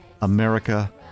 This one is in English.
America